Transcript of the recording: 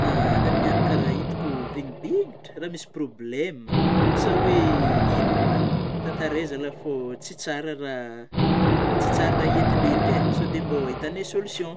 Anao niany kara hitako vignibinitry oh, raha misy problème sa oe ino ola, tantarao zalahy fô tsy tsara rahsara raha entin-drerika eh, so mbô ahitanay solution